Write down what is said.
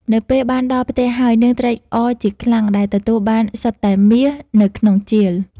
នៅពេលបានដល់ផ្ទះហើយ នាងត្រេកអរជាខ្លាំងដែលទទួលបានសុទ្ធតែមាសនៅក្នុងជាល។